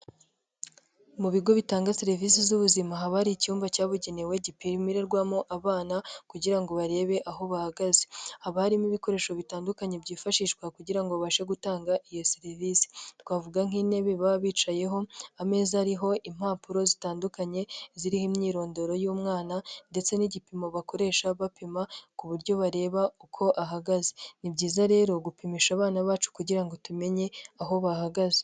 Mu bigo bitanga serivisi z'ubuzima haba hari icyumba cyabugenewe gipimirwamo abana kugira ngo barebe aho bahagaze. Haba harimo ibikoresho bitandukanye byifashishwa kugira babashe gutanga iyo serivisi. Twavuga nk'intebe baba bicayeho, ameza ariho impapuro zitandukanye ziriho imyirondoro y'umwana ndetse n'igipimo bakoresha bapima ku buryo bareba uko ahagaze. Ni byiza rero gupimisha abana bacu kugira ngo tumenye aho bahagaze.